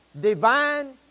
divine